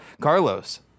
Carlos